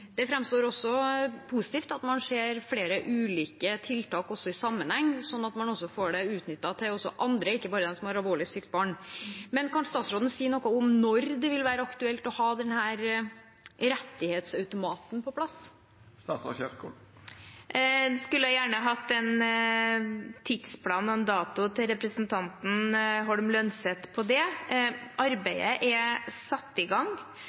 sånn at man også får det utnyttet til andre, ikke bare til dem som har alvorlig sykt barn. Kan statsråden si noe om når det vil være aktuelt å ha denne rettighetsautomaten på plass? Jeg skulle gjerne hatt en tidsplan og en dato til representanten Holm Lønseth på det. Arbeidet er satt i gang,